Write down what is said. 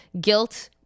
guilt